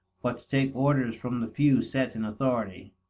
but to take orders from the few set in authority.